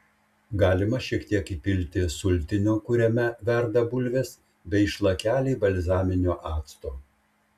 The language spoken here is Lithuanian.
galima šiek tiek įpilti sultinio kuriame verda bulvės bei šlakelį balzaminio acto